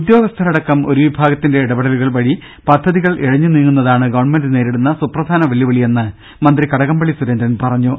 ഉദ്യോഗസ്ഥരടക്കം ഒരു വിഭാഗത്തിന്റെ ഇടപെടലുകൾ വഴി പദ്ധതികൾ ഇഴഞ്ഞു നീങ്ങുന്നതാണ് ഗവൺമെന്റ് നേരിടുന്ന പ്രധാന വെല്ലുവിളിയെന്ന് മന്ത്രി കടകംപള്ളി സുരേന്ദ്രൻ പറഞ്ഞു